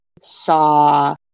saw